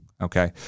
Okay